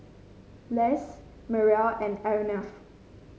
Les Mariel and Arnav